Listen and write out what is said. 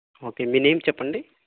okay మీ name చెప్పండి